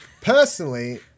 Personally